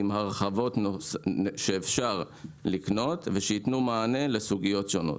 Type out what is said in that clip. עם הרחבות שאפשר לקנות ושייתנו מענה לסוגיות שונות.